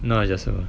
not adjustable